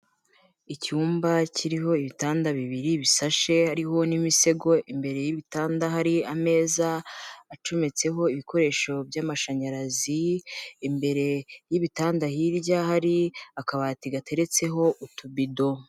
Icyumba kiriho ibitanda bibiri bisashe hariho n'imisego, imbere y'ibitanda hari ameza acometseho ibikoresho by'amashanyarazi, imbere y'ibitanda hirya hari akabati gateretseho utubido.